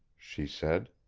she said.